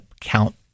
count